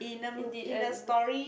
in the end